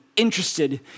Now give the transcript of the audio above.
interested